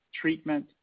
treatment